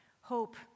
hope